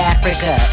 Africa